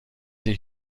وقتی